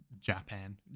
Japan